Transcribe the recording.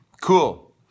Cool